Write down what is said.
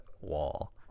wall